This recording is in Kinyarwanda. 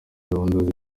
gahunda